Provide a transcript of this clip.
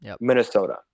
Minnesota